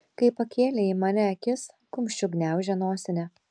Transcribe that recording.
kai pakėlė į mane akis kumščiu gniaužė nosinę